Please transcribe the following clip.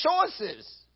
choices